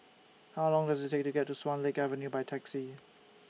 How Long Does IT Take to get to Swan Lake Avenue By Taxi